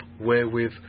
wherewith